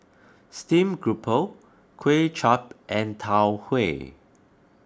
Steamed Grouper Kuay Chap and Tau Huay